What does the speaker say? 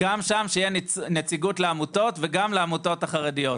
שגם שם תהיה נציגות לעמותות וגם לעמותות החרדיות.